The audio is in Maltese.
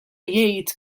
jgħid